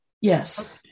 Yes